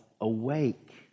awake